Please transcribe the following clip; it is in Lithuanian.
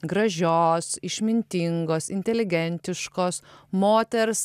gražios išmintingos inteligentiškos moters